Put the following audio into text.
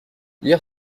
hier